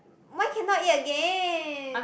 why cannot eat again